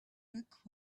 look